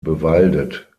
bewaldet